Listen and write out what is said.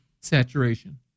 saturation